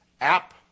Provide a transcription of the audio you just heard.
app